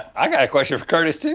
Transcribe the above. i got a question for curtis too.